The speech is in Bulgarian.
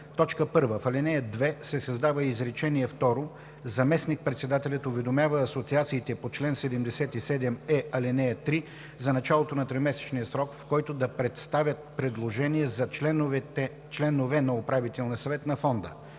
1. В ал. 2 се създава изречение второ: „Заместник-председателят уведомява асоциациите по чл. 77е, ал. 3 за началото на тримесечния срок, в който да представят предложение за членове на управителния съвет на фонда.”